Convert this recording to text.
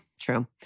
true